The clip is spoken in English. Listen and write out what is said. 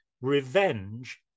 revenge